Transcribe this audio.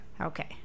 okay